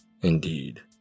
Indeed